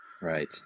right